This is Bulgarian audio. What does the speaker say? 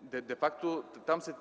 де факто там се